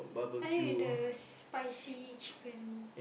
I like the spicy chicken